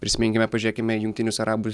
prisiminkime pažiūrėkime jungtinius arabų